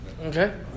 Okay